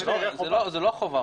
זו לא חובה,